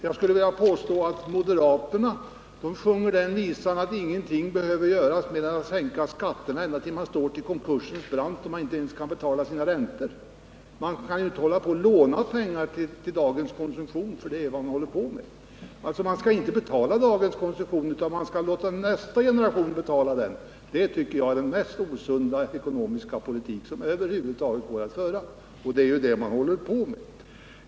Jag skulle vilja påstå att moderaterna sjunger den visan att ingenting behöver göras mer än att man skall sänka skatterna tills man står vid konkursens brant, då man inte ens kan betala sina räntor. Man kan inte låna pengar till dagens konsumtion, men det är vad man håller på med. Man skall alltså inte betala dagens konsumtion, utan man skall låta nästa generation betala den. Det tycker jag är den mest osunda ekonomiska politik som över huvud taget går att föra.